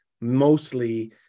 mostly